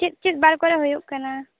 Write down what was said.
ᱪᱮᱫ ᱪᱮᱫ ᱵᱟᱨ ᱠᱚᱨᱮ ᱦᱩᱭᱩᱜ ᱠᱟᱱᱟ